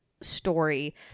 story